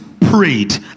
prayed